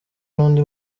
n’undi